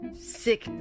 sick